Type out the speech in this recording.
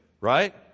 right